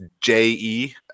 J-E